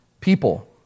people